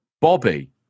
Bobby